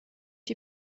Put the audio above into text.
die